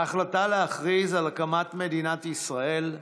ההחלטה להכריז על הקמת מדינת ישראל,